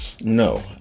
No